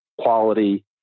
quality